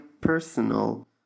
personal